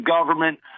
government